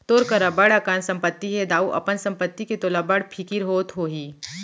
तोर करा बड़ अकन संपत्ति हे दाऊ, अपन संपत्ति के तोला बड़ फिकिर होत होही